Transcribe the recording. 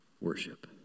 Worship